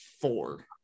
four